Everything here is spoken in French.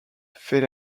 fait